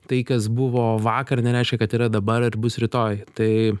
tai kas buvo vakar nereiškia kad yra dabar ir bus rytoj tai